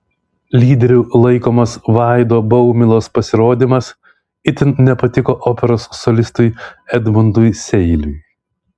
lyderiu laikomas vaido baumilos pasirodymas itin nepatiko operos solistui edmundui seiliui